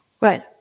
Right